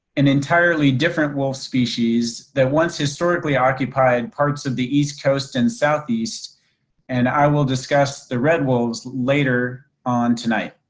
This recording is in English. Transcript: an entirely different wolf species that once historically occupied parts of the east coast and southeast and i will discuss the red wolves later on tonight.